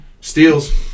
Steals